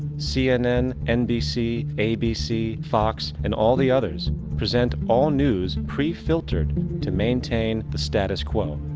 cnn, nbc, abc, fox and all the others present all news pre-filtered to maintain the status quo.